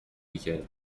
میکردی